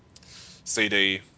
CD